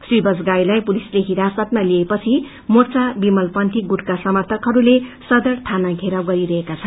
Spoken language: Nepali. श्री बजगाईलाई पुलिसले हिरासतमा लिएपछि मोर्चा विमल पंथी गुटका समर्थकहरूले सदर थाना घेराव गरिरहेका छन्